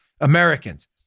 Americans